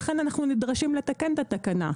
לכן אנחנו נדרשים לתקן את התקנה.